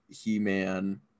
He-Man